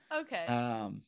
Okay